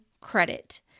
Credit